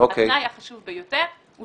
התנאי החשוב ביותר הוא